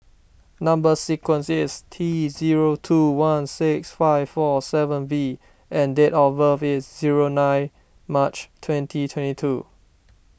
Number Sequence is T zero two one six five four seven V and date of birth is zero nine March twenty twenty two